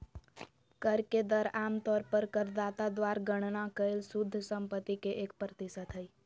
कर के दर आम तौर पर करदाता द्वारा गणना कइल शुद्ध संपत्ति के एक प्रतिशत हइ